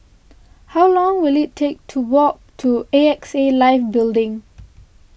how long will it take to walk to A X A Life Building